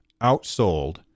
outsold